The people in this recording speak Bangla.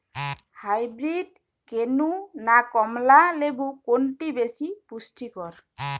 হাইব্রীড কেনু না কমলা লেবু কোনটি বেশি পুষ্টিকর?